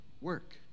work